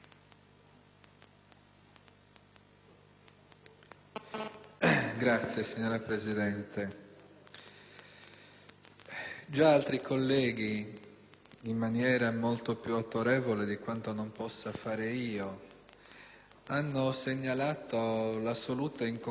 *(PD)*. Signora Presidente, già altri colleghi, in maniera molto più autorevole di quanto non possa fare io, hanno segnalato l'assoluta incongruità tra